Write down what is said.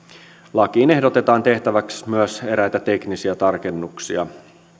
lakiin ehdotetaan tehtäväksi myös eräitä teknisiä tarkennuksia